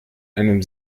einem